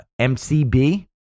MCB